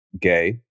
gay